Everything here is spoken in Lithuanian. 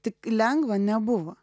tik lengva nebuvo